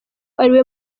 ariwe